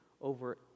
over